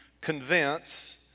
convince